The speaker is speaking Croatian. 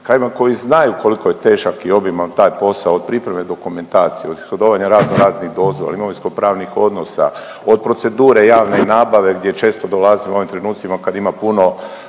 krajevima, koji znaju koliko je težak i obiman taj posao od pripreme dokumentacije, od ishodovanja razno raznih dozvola, imovinsko-pravnih odnosa, od procedure javne nabave gdje često dolazi u ovim trenucima kad ima puno